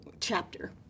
chapter